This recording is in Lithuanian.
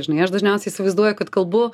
žinai aš dažniausiai įsivaizduoju kad kalbu